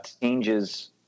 changes